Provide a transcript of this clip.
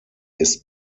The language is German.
ist